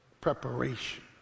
preparation